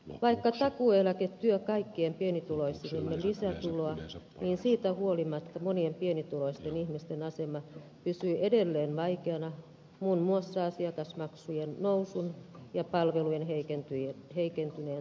vaikka takuueläke tuo kaikkein pienituloisimmille lisätuloa niin siitä huolimatta monien pienituloisten ihmisten asema pysyy edelleen vaikeana muun muassa asiakasmaksujen nousun ja palvelujen heikentyneen saatavuuden vuoksi